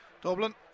Dublin